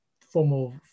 formal